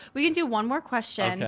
we can do one more question. and